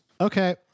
Okay